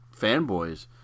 fanboys